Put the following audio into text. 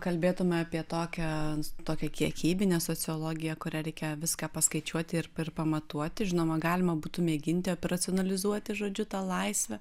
kalbėtume apie tokią tokią kiekybinę sociologiją kurią reikia viską paskaičiuoti ir perpamatuoti žinoma galima būtų mėginti operacionalizuoti žodžiu tą laisvę